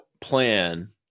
plan